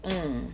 mm